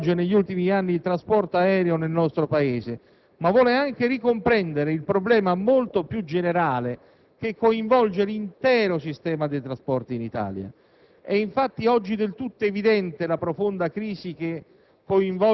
La mia mozione verte su una vicenda specifica che coinvolge negli ultimi anni il trasporto aereo nel nostro Paese, ma vuole anche ricomprendere il problema, molto più generale, che concerne l'intero sistema dei trasporti in Italia.